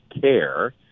care